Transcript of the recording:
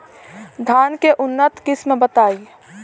धान के उन्नत किस्म बताई?